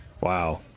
Wow